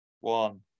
one